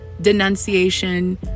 denunciation